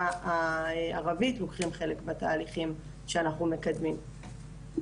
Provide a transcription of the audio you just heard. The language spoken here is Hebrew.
הערבית לוקחים חלק בתהליכים שאנחנו מקדמים.